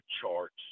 charts